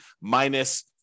minus